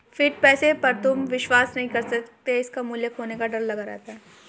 fiat पैसे पर तुम विश्वास नहीं कर सकते इसका मूल्य खोने का डर लगा रहता है